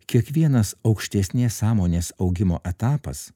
kiekvienas aukštesnės sąmonės augimo etapas